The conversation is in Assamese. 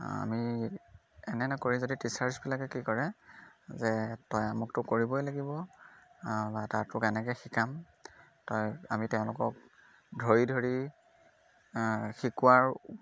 আমি এনে নকৰি যদি টিচাৰ্ছবিলাকে কি কৰে যে তই আমুকটো কৰিবই লাগিব বা তা তোক এনেকৈ শিকাম তই আমি তেওঁলোকক ধৰি ধৰি শিকোৱাৰ